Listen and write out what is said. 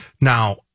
Now